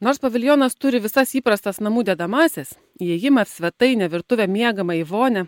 nors paviljonas turi visas įprastas namų dedamąsias įėjimą svetainę virtuvę miegamąjį vonią